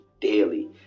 daily